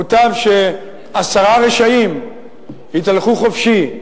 מוטב שעשרה רשעים יתהלכו חופשי,